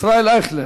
ישראל אייכלר,